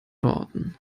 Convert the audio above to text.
worten